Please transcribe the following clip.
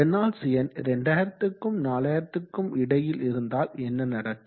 Reynolds எண் 2000க்கும் 4000க்கும் இடையில் இருந்தால் என்ன நடக்கும்